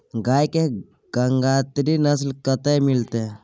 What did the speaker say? गाय के गंगातीरी नस्ल कतय मिलतै?